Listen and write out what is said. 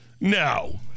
No